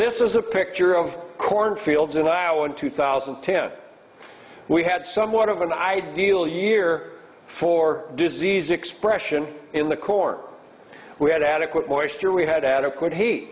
this is a picture of corn fields in iowa in two thousand and ten we had somewhat of an ideal year for disease expression in the core we had adequate moisture we had adequate he